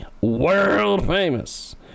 world-famous